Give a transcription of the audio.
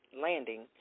landing